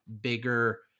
bigger